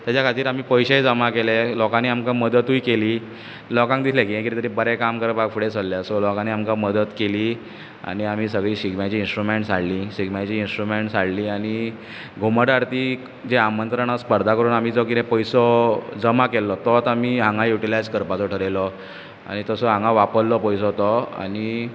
तेच्या खातीर आमी पयशेय जमा केले लोकांनी आमकां मदतूय केली लोकांक दिसलें की हे कितें तरी बरें काम करपाक फुडें सरल्यात सो लोकांनी आमकां मदत केली आनी आमी सगळीं शिगम्याचीं इन्स्ट्रुमॅण्टस हाडलीं शिगम्याची इन्स्ट्रुमॅण्टस हाडलीं आनी घुमट आरतीक जें आमंत्रणा स्पर्धा करून जो पयसो जमा केल्लो तोच आमीं हांगा युटिलाय्ज करपाचो थारायलो आनी तसो हांगा वापरलो पयसो तो आनी